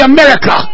America